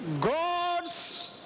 God's